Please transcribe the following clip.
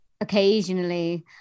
occasionally